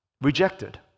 rejected